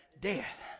death